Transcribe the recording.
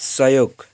सहयोग